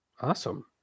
awesome